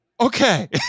okay